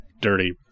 dirty